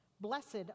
Blessed